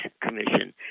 Commission